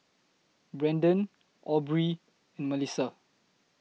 Brendon Aubree and Mellissa